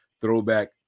throwback